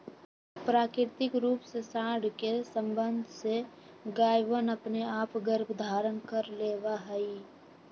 प्राकृतिक रूप से साँड के सबंध से गायवनअपने आप गर्भधारण कर लेवा हई